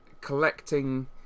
collecting